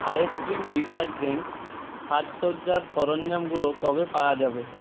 ice cream detergent সাজসজ্জার সরঞ্জামগুলো কবে পাওয়া যাবে